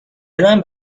دلم